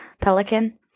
Pelican